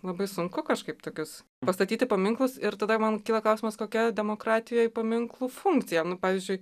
labai sunku kažkaip tokius pastatyti paminklus ir tada man kyla klausimas kokia demokratijoje paminklų funkcija nu pavyzdžiui